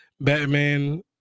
Batman